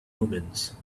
omens